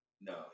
No